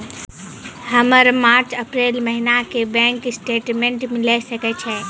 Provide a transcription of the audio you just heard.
हमर March April महीना के बैंक स्टेटमेंट मिले सकय छै?